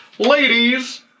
Ladies